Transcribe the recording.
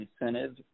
incentive